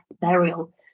burial